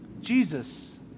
Jesus